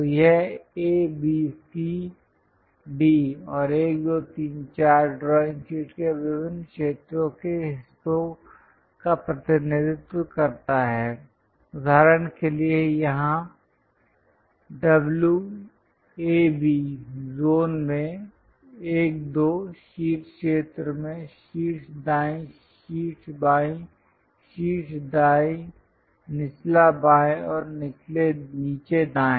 तो यह A B C D और 1 2 3 4 ड्राइंग शीट के विभिन्न क्षेत्रों के हिस्सों का प्रतिनिधित्व करता है उदाहरण के लिए यहां W A B जोन में 1 2 शीर्ष क्षेत्र में शीर्ष दाईं शीर्ष बाएँ शीर्ष दाईं निचला बाएं और नीचे दाएँ